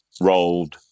rolled